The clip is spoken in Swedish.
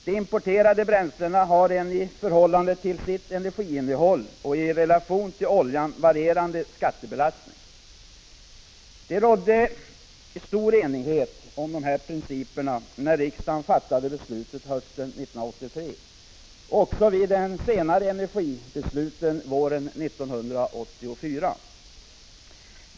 De importerade bränslena har en i förhållande till sitt energiinnehåll och i relation till oljan varierande skattebelastning. Det rådde stor enighet om de här principerna när riksdagen fattade beslutet hösten 1983 och vid de senare energiskattebesluten våren 1984.